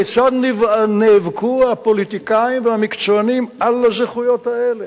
כיצד נאבקו הפוליטיקאים והמקצוענים על הזכויות האלה.